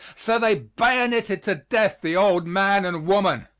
so they bayonetted to death the old man and woman,